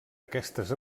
aquestes